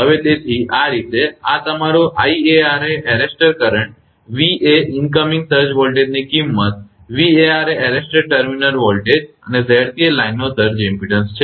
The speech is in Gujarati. હવે તેથી આ રીતે આ તમારો 𝐼𝑎𝑟 એ એરેસ્ટર કરંટ V એ ઇનકમીંગ સર્જ વોલ્ટેજની કિંમત 𝑉𝑎𝑟 એ એરેસ્ટેડ ટર્મિનલ વોલ્ટેજ અને 𝑍𝑐 એ લાઇનનો સર્જ ઇમપેડન્સ છે